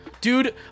Dude